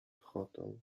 hotel